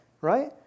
Right